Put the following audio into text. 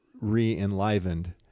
re-enlivened